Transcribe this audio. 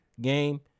game